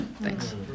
Thanks